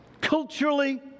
Culturally